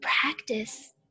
practice